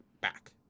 back